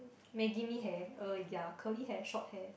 maggie-mee hair uh ya curly hair short hair